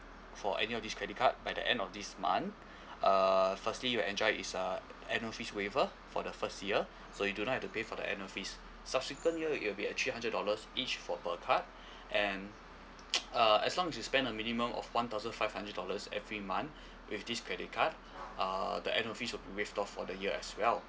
for any of this credit card by the end of this month uh firstly you enjoyed is uh annual fees waiver for the first year so you do not have to pay for the annual fees subsequent year it will be a three hundred dollars each for per card and uh as long as you spend a minimum of one thousand five hundred dollars every month with this credit card uh the annual fees will be waived off for the year as well